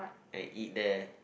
and eat there